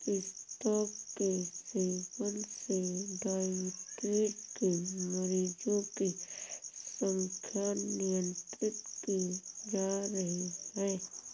पिस्ता के सेवन से डाइबिटीज के मरीजों की संख्या नियंत्रित की जा रही है